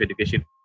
education